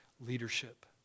leadership